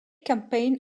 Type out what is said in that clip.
campaign